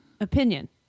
opinion